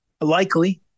likely